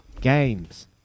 games